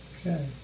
Okay